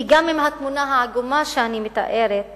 כי גם אם התמונה העגומה שאני מתארת